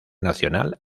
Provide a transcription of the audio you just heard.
nacional